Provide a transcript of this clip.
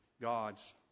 God's